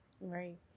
right